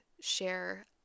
share